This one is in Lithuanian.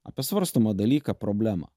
apie svarstomą dalyką problemą